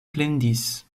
plendis